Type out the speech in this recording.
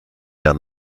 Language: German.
der